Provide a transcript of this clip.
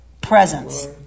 Presence